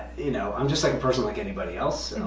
you know, i'm just, like, a person like anybody else,